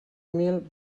mil